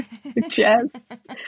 suggest